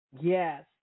Yes